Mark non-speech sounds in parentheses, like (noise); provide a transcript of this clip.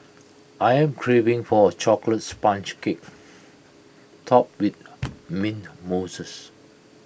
I am craving for A Chocolates Sponge Cake Topped with mint (unintelligible)